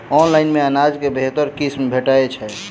Online मे अनाज केँ बेहतर किसिम भेटय छै?